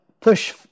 push